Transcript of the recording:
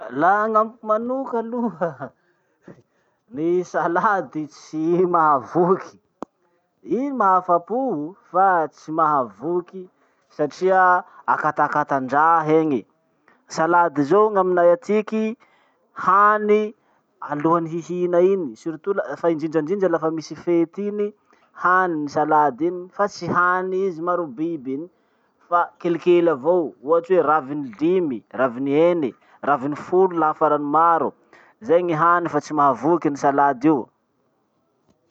Laha gn'amiko manoka aloha ny salady tsy mahavoky. I mahafapo fa tsy mahavoky satria akatakatandraha iny. Salady zao gn'aminay atiky, hany alohan'ny hihina iny, surtout la- fa indrindra indrindra lafa misy fety iny, hany ny salady iny fa tsy hany izy maro biby iny. Fa kelikely avao, ohatsy hoe raviny limy, eny, raviny folo laha farany maro. Zay gny hany fa tsy mahavoky ny salady io.